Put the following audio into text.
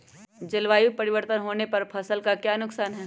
जलवायु परिवर्तन होने पर फसल का क्या नुकसान है?